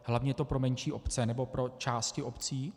Hlavně je to pro menší obce, nebo pro části obcí.